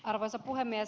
arvoisa puhemies